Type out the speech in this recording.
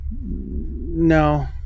no